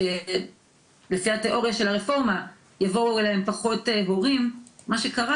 לפי התאוריה של הרפורמה - יבואו אליהם פחות הורים - מה שקרה